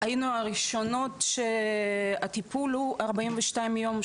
היינו הראשונות שהטיפול הוא 42 יום,